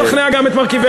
אנחנו נשכנע גם את מרכיבי,